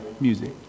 music